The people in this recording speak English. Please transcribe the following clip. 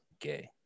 gay